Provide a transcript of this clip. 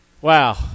wow